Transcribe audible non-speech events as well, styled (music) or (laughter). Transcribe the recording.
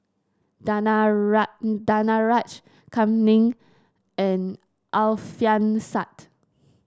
(unintelligible) Danaraj Kam Ning and Alfian Sa'at